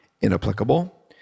inapplicable